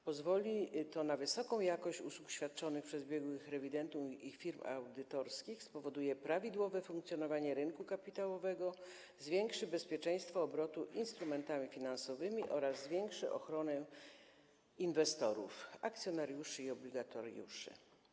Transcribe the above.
Pozwoli to na wysoką jakość usług świadczonych przez biegłych rewidentów i firmy audytorskie, spowoduje prawidłowe funkcjonowanie rynku kapitałowego, zwiększy bezpieczeństwo obrotu instrumentami finansowymi oraz zwiększy ochronę inwestorów, akcjonariuszy i obligatariuszy.